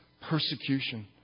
persecution